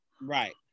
Right